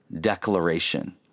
declaration